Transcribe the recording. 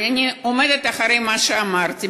אני עומדת מאחורי מה שאמרתי.